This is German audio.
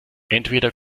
entweder